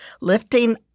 lifting